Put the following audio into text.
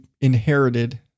inherited